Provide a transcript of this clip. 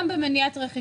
גם במניעת רכישה.